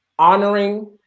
Honoring